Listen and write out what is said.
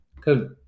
Good